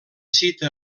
cita